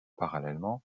parallèlement